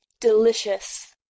Delicious